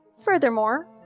Furthermore